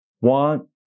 want